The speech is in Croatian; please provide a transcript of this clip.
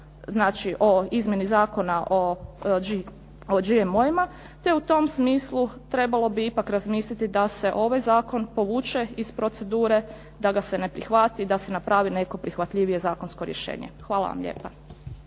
znači o izmjeni Zakona o GMO-ima, te u tom smislu trebalo bi ipak razmisliti da se ovaj zakon povuče iz procedure, da ga se ne prihvati, da se napravi neko prihvatljivije zakonsko rješenje. Hvala vam lijepa.